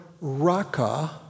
Raka